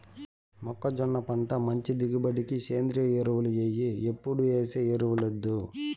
మొక్కజొన్న పంట మంచి దిగుబడికి సేంద్రియ ఎరువులు ఎయ్యి ఎప్పుడేసే ఎరువులొద్దు